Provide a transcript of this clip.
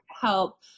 Help